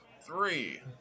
Three